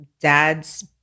dad's